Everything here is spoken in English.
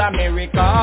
America